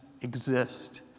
exist